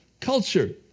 culture